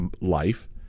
life